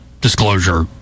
disclosure